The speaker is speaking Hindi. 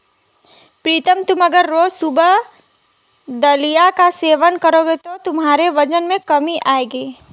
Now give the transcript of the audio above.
प्रीतम तुम अगर रोज सुबह दलिया का सेवन करोगे तो तुम्हारे वजन में कमी आएगी